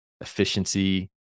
efficiency